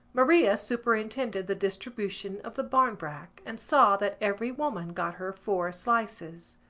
maria superintended the distribution of the barmbrack and saw that every woman got her four slices.